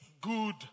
good